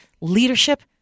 leadership